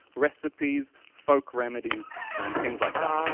recipes, folk remedies and things like that.